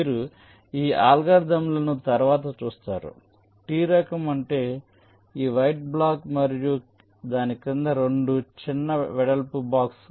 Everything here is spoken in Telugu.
మీరు ఈ అల్గోరిథంలను తరువాత చూస్తారు T రకం అంటే ఈ వైడ్ బ్లాక్ మరియు దాని క్రింద 2 చిన్న వెడల్పు బ్లాక్స్